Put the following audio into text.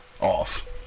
off